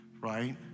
right